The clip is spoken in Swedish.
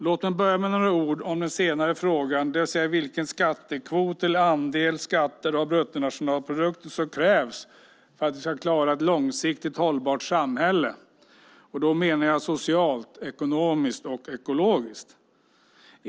Låt mig börja med några ord om den senare frågan, det vill säga vilken skattekvot eller andel skatter av bruttonationalprodukten som krävs för att vi ska klara ett långsiktigt hållbart samhälle, och då menar jag socialt, ekonomiskt och ekologiskt.